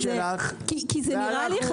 אני שומע את ההתנגדות לי --- כי זה נראה לי,